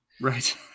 Right